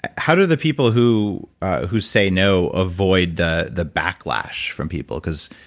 how do the people who who say no avoid the the backlash from people? because,